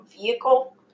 vehicle